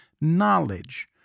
knowledge